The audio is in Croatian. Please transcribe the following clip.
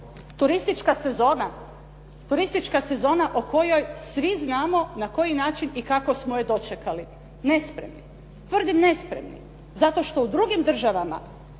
Turistička sezona? Turistička sezona o kojoj svi znamo na koji način i kako smo je dočekali. Nespremno. Tvrdim nespremno zato što u drugim državama